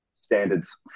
standards